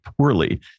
poorly